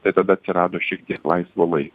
tai tada atsirado šiek tiek laisvo lai